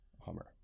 Hummer